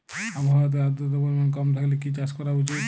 আবহাওয়াতে আদ্রতার পরিমাণ কম থাকলে কি চাষ করা উচিৎ?